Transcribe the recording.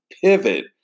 Pivot